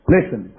Listen